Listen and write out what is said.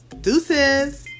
Deuces